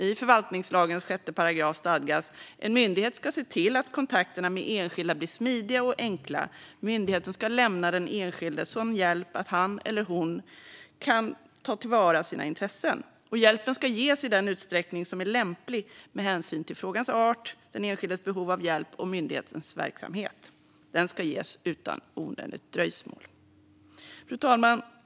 I förvaltningslagens 6 § stadgas att "en myndighet ska se till att kontakterna med enskilda blir smidiga och enkla. Myndigheten ska lämna den enskilde sådan hjälp att han eller hon kan ta till vara sina intressen. Hjälpen ska ges i den utsträckning som är lämplig med hänsyn till frågans art, den enskildes behov av hjälp och myndighetens verksamhet. Den ska ges utan onödigt dröjsmål." Fru talman!